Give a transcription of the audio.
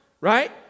right